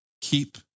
Keep